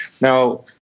Now